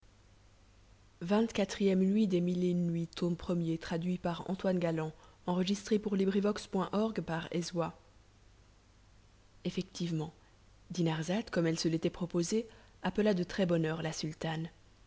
effectivement dinarzade comme elle se l'était proposé appela de très-bonne heure la sultane